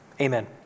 Amen